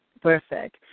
Perfect